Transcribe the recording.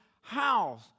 house